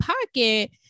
pocket